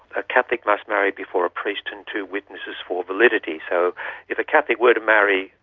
a catholic must marry before a priest and two witnesses for validity. so if a catholic were to marry,